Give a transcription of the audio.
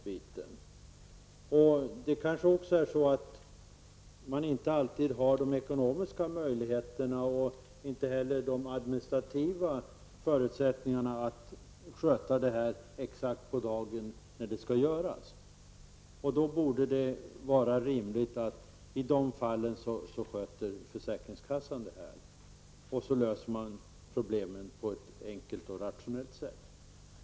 Dessa små företag kanske inte heller alltid har ekonomiska möjligheter och inte heller administrativa förutsättningar att sköta detta exakt på dagen när det skall skötas. I dessa fall borde det därför vara rimligt att försäkringskassan sköter detta. Då löser man problemen på ett enkelt och rationellt sätt.